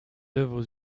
œuvres